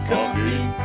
Coffee